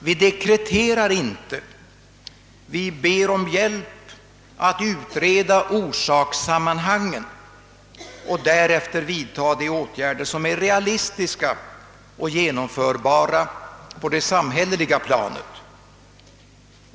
Vi dekreterar inte utan ber om hjälp för att utreda orsakssammanhangen för att därefter vidta de åtgärder som är realistiska och genomförbara på det samhälleliga planet.